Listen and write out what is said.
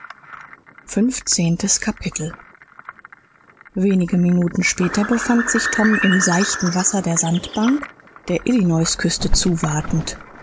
fünfzehntes kapitel wenige minuten später befand sich tom im seichten wasser der sandbank der illinois küste zuwatend